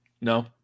No